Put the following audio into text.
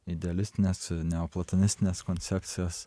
idealistinės neoplatonistinės koncepcijos